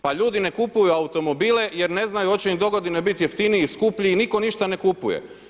Pa ljudi ne kupuju automobile jer ne znaju hoće im dogodine biti jeftiniji, skuplji, nitko ništa ne kupuje.